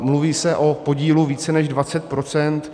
Mluví se o podílu více než 20 %.